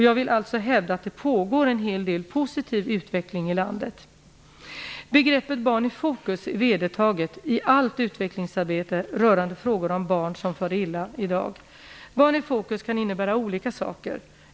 Jag vill alltså hävda att det pågår en hel del positiv utveckling i landet. Begreppet Barn i fokus är vedertaget i allt utvecklingsarbete rörande frågor om barn som far illa i dag. Barn i fokus kan innebära olika saker.